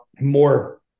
more